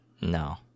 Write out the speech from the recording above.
No